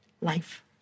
life